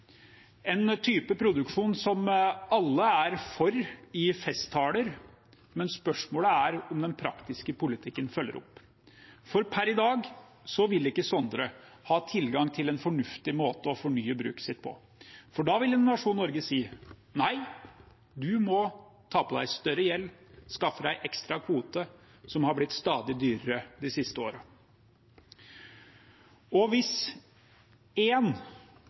en type produksjon som alle er for i festtaler, men spørsmålet er om den praktiske politikken følger opp. For per i dag vil ikke Sondre ha tilgang til en fornuftig måte å fornye bruket sitt på, for da vil Innovasjon Norge si nei, du må ta på deg større gjeld, skaffe deg ekstra kvote – som har blitt stadig dyrere de siste årene. Hvis